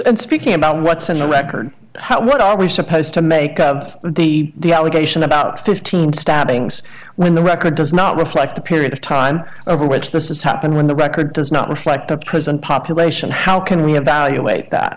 and speaking about what's in the record how what are we supposed to make of the the allegations about fifteen stabbings when the record does not reflect the period of time over which this has happened when the record does not reflect the prison population how can we have value late that